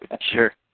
sure